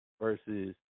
versus